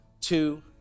two